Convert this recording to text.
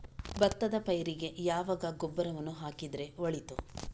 ಭತ್ತದ ಪೈರಿಗೆ ಯಾವಾಗ ಗೊಬ್ಬರವನ್ನು ಹಾಕಿದರೆ ಒಳಿತು?